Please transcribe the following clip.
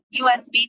usb